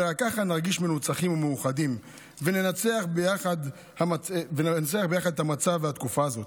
ורק ככה נרגיש מנצחים ומאוחדים וננצח ביחד את המצב והתקופה הזאת.